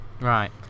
right